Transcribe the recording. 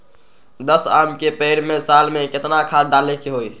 दस आम के पेड़ में साल में केतना खाद्य डाले के होई?